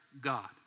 God